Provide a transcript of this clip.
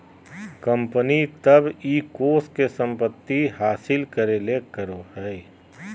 company तब इ कोष के संपत्ति हासिल करे ले करो हइ